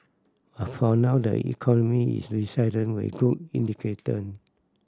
but for now the economy is resilient with good